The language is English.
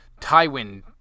Tywin